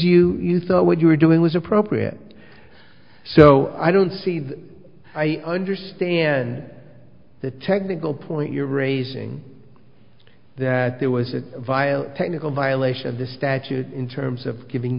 thought what you were doing was appropriate so i don't see that i understand the technical point you're raising that there was a violent technical violation of the statute in terms of giving